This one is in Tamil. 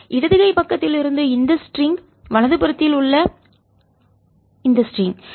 இடது கை பக்கத்தில் இருந்து இந்த ஸ்ட்ரிங் லேசான கயிறு வலது புறத்தில் உள்ள ஸ்ட்ரிங் லேசான கயிறு